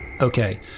Okay